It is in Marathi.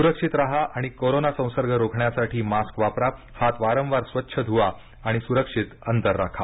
सुक्षित राहा आणि कोरोना संसर्ग रोखण्यासाठी मास्क वापरा हात वारंवार स्वच्छ धुवा आणि सुरक्षित अंतर राखा